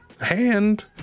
hand